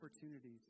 opportunities